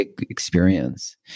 experience